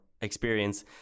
experience